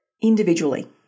individually